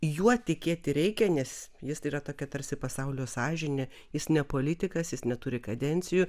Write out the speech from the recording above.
juo tikėti reikia nes jis yra tokia tarsi pasaulio sąžinė jis ne politikas jis neturi kadencijų